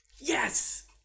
Yes